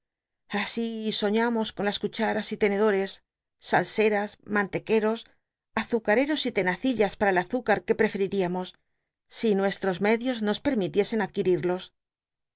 así soñamos con las cucharas y tenedores salseras mantequeros azucareros y tenacillas para el azúcar que jlr'cfcl'iríamos si nuestros medios nos permitiesen adquiridos